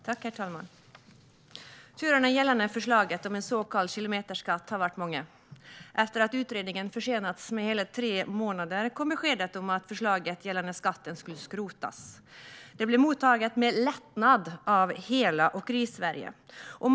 Herr talman! Turerna gällande förslaget om en så kallad kilometerskatt har varit många. Efter att utredningen försenats med hela tre månader kom beskedet om att förslaget gällande skatten skulle skrotas. Detta mottogs med lättnad av hela den svenska åkeribranschen.